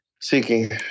seeking